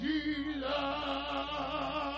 Jesus